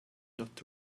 not